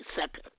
Second